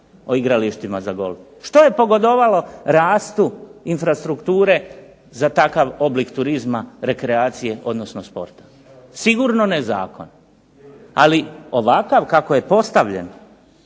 o igralištima za golf? Što je pogodovalo rastu infrastrukture za takav oblik turizma, rekreacije, odnosno sporta? Sigurno ne zakon, ali ovakav kako je postavljen